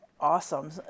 awesome